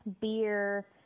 beer